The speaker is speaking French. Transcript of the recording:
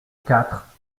quatre